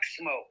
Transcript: smoke